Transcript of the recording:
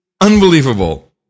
unbelievable